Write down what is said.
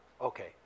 okay